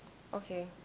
okay